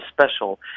special